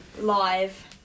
Live